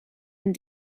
een